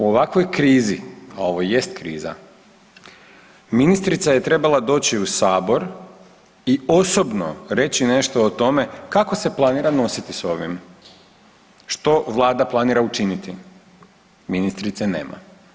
U ovakvoj krizi, a ovo jest kriza ministrica je trebala doći u Sabor i osobno reći nešto o tome kako se planira nositi sa ovime, što Vlada planira učiniti, ministrice nema.